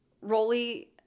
Rolly